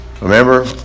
Remember